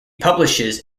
publishes